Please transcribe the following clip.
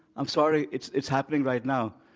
i'm sorry. it's it's happening right now.